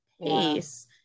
pace